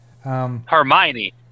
Hermione